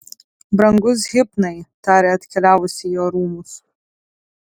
brangus hipnai tarė atkeliavusi į jo rūmus